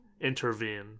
intervene